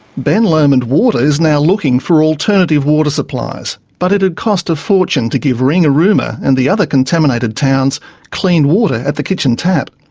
ben lomond water is now looking for alternative water supplies, but it'd cost a fortune to give ringarooma and the other contaminated towns clean water at the kitchen tap.